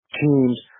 teams